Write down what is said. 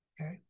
okay